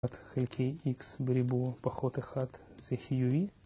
חלקי איקס, בריבוע, פחות אחת, זה חיובי